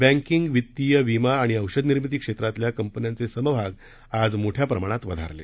banking वित्तीय वीमा आणि औषध निर्मिती क्षेत्रातल्या कंपन्यांचे समभाग आज मोठ्या प्रमाणात वधारले